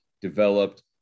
developed